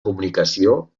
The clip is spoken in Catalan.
comunicació